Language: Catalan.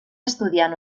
estudiant